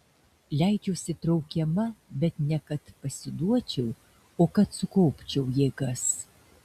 leidžiuosi traukiama bet ne kad pasiduočiau o kad sukaupčiau jėgas